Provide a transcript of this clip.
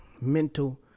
mental